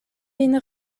vin